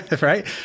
right